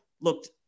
looked